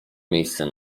miejsce